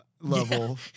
level